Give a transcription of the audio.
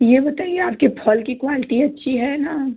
यह बताइए आपके फल की क्वालिटी अच्छी है ना